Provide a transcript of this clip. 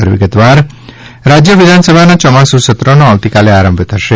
વિધાનસભા રાજ્ય વિધાનસભાના ચોમાસુ સત્રનો આવતીકાલથી આરંભ થશે